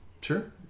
Sure